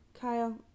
Kyle